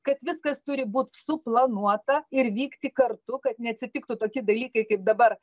kad viskas turi būt suplanuota ir vykti kartu kad neatsitiktų toki dalykai kaip dabar